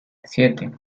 siete